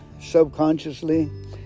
subconsciously